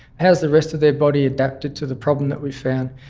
how's the rest of their body adapted to the problem that we've found.